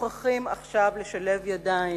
מוכרחים עכשיו לשלב ידיים,